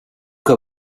que